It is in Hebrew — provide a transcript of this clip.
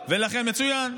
נכון.